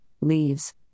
leaves